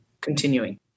continuing